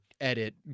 edit